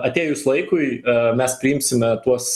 atėjus laikui mes priimsime tuos